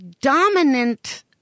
dominant